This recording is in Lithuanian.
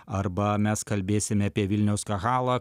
arba mes kalbėsime apie vilniaus kahalą